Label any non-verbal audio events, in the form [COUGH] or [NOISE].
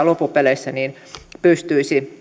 [UNINTELLIGIBLE] loppupeleissä pystyisi